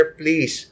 please